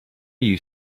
you